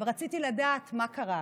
ורציתי לדעת מה קרה.